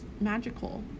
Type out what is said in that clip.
magical